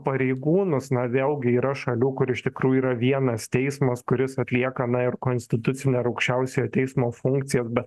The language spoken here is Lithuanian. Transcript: pareigūnus na vėlgi yra šalių kur iš tikrųjų yra vienas teismas kuris atlieka na ir konstitucinio ir aukščiausiojo teismo funkcijas bet